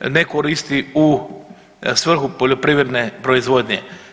ne koristi u svrhu poljoprivredne proizvodnje.